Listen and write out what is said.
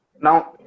Now